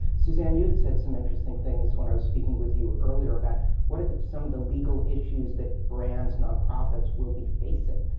suzanne, you'd said some interesting things when i was speaking with you earlier about what are some of the legal issues that brands nonprofits will be facing.